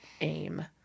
aim